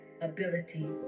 ability